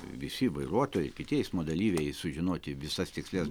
visi vairuotojai kiti eismo dalyviai sužinoti visas tikslias